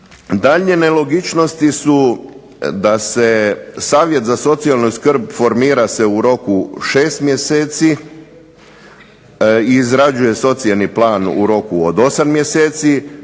Daljnje nelogičnosti su da se savjet za socijalnu skrb, formira se u roku 6 mjeseci, i izrađuje socijalni plan u roku od 8 mjeseci,